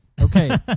Okay